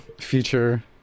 feature